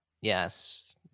yes